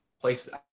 places